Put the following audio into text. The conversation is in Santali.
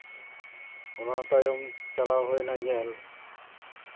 ᱚᱱᱟ ᱛᱟᱭᱚᱢ ᱪᱟᱞᱟᱣ ᱦᱩᱭᱱᱟ ᱧᱮᱞ